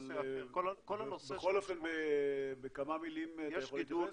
בכל אופן בכמה מילים אתה יכול להתייחס?